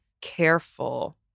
careful